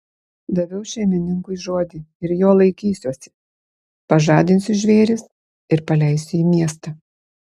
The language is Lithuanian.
daviau šeimininkui žodį ir jo laikysiuosi pažadinsiu žvėris ir paleisiu į miestą